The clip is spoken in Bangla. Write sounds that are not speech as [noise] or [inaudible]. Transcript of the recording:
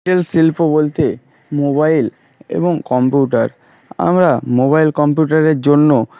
[unintelligible] শিল্প বলতে মোবাইল এবং কম্পিউটার আমরা মোবাইল কম্পিউটারের জন্য